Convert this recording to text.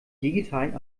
digitalen